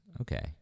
okay